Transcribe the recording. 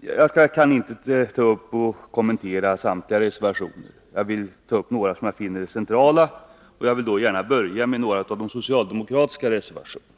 Jag kan inte kommentera samtliga reservationer, men jag vill ta upp några som jag finner centrala och börjar då gärna med några av de socialdemokratiska reservationerna.